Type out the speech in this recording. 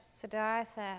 Siddhartha